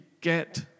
get